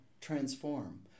transform